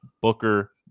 Booker